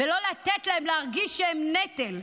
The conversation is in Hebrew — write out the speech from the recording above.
ולא לתת להם להרגיש שהם נטל.